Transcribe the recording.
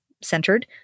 centered